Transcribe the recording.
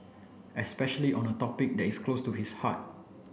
especially on a topic that is close to his heart